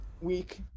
week